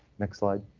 next slide.